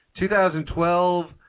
2012